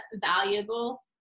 valuable